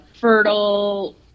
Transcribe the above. fertile